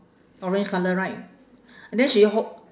orange colour right and then she hol~